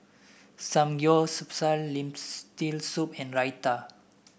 Samgeyopsal Lentil Soup and Raita